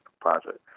project